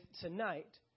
tonight